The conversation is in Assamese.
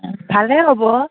ভালেই হ'ব